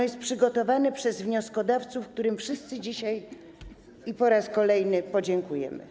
Jest przygotowane przez wnioskodawców, którym wszyscy dzisiaj i po raz kolejny podziękujemy.